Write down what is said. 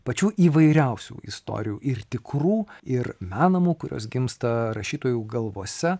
pačių įvairiausių istorijų ir tikrų ir menamų kurios gimsta rašytojų galvose